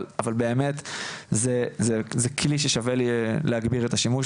אבל באמת זה כלי ששווה להגביר את השימוש